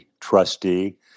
trustee